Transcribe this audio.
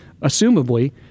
assumably